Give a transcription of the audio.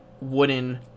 wooden